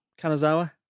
Kanazawa